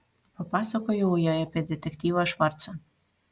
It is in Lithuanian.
papasakojau jai apie detektyvą švarcą